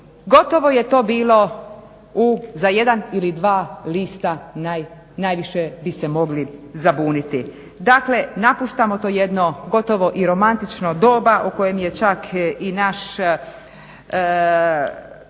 gotovo je to bilo u za jedan ili dva lista najviše bi se mogli zabuniti. Dakle, napuštamo to jedno gotovo i romantično doba u kojem je čak i naš